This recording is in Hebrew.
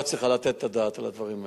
צריכה לתת את הדעת על הדברים האלה.